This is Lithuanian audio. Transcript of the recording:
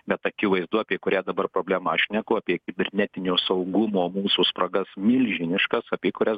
bet akivaizdu apie kurią dabar problemą aš šneku apie kibernetinio saugumo mūsų spragas milžiniškas apie kurias